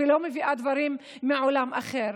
ולא מביאה דברים מעולם אחר.